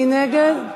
מי נגד?